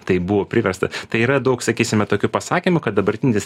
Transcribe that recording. tai buvo priversta tai yra daug sakysime tokių pasakymų kad dabartinis